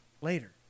later